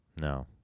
No